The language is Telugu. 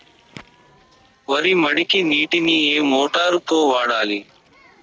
వరి మడికి నీటిని ఏ మోటారు తో వాడాలి?